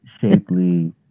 shapely